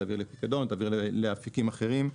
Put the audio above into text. תעביר לפיקדון, תעביר לאפיקים אחרים.